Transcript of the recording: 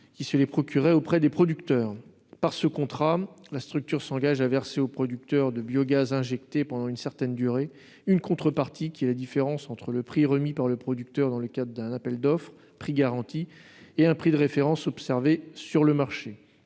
qui se les procureraient auprès des producteurs. Par ce contrat, la structure s'engagerait à verser au producteur de biogaz injecté, pendant une certaine durée, une contrepartie qui est la différence entre le prix garanti remis par le producteur dans le cadre d'un appel d'offres et un prix de référence observé sur le marché.